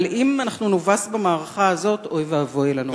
אבל אם נובס במערכה הזאת, אוי ואבוי לנו.